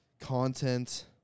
content